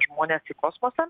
žmones į kosmosą